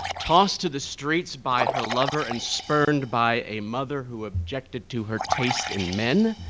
tossed to the streets by her lover and spurned by a mother who objected to her taste in men,